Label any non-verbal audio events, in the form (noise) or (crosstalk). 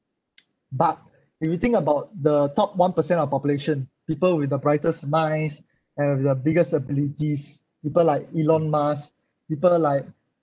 (noise) but if you think about the top one percent of population people with the brightest minds and the biggest abilities people like elon musk people like